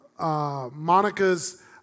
Monica's